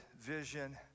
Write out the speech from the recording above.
vision